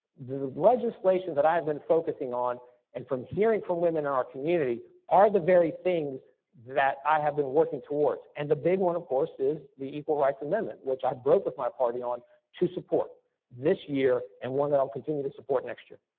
the legislation that i've been focusing on and from hearing from women in our community are the very things that i have been working towards and the big one of course is the equal rights amendment which i broke with my party on to support this year and one that i'll continue to support next year.